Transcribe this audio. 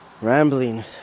rambling